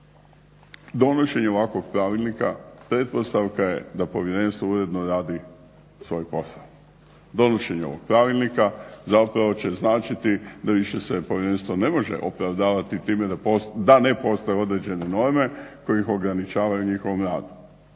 Donošenje ovakvog Pravilnika pretpostavka je da Povjerenstvo uredno radi svoj posao. Donošenje ovog Pravilnika zapravo će značiti da više se Povjerenstvo ne može opravdavati time da ne postoje određene norme koje ih ograničavaju u njihovom radu.